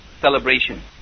celebration